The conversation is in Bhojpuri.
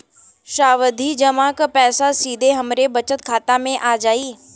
सावधि जमा क पैसा सीधे हमरे बचत खाता मे आ जाई?